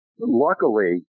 luckily